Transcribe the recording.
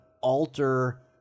alter